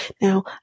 Now